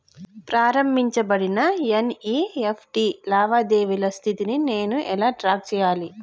ప్రారంభించబడిన ఎన్.ఇ.ఎఫ్.టి లావాదేవీల స్థితిని నేను ఎలా ట్రాక్ చేయాలి?